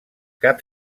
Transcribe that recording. cap